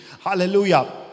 hallelujah